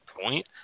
point